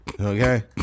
Okay